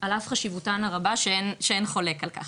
על אף חשיבותן הרבה שאין חולק על כך,